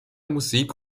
musik